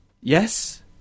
Yes